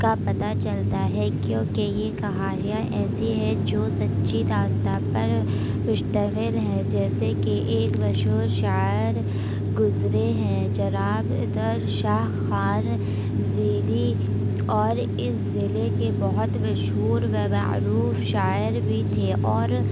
کا پتہ چلتا ہے کیونکہ یہ کہانیاں ایسی ہیں جو سچی داستاں پر مشتمل ہے جیسے کہ ایک مشہور شاعر گزرے ہیں جناب عطر شاہ خان زیدی اور اس ضلعے کے بہت مشہور و معروف شاعر بھی تھے اور